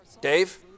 Dave